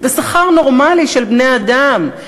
ושכר נורמלי של בני-אדם,